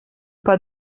pas